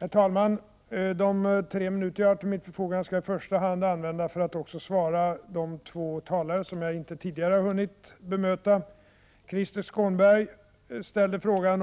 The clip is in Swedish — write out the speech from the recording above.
Herr talman! De tre minuter som jag har till mitt förfogande skall jag använda för att svara de två talare som jag inte tidigare hunnit bemöta. Krister Skånberg ställde frågan